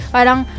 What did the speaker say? Parang